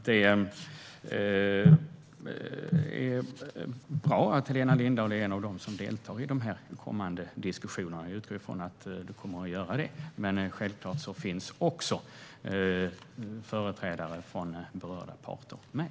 Det är bra att Helena Lindahl är en av dem som deltar i de kommande diskussionerna - jag utgår ifrån att hon kommer att göra det - men självklart finns även företrädare för berörda parter med.